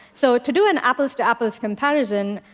so to do an apples to apples comparison,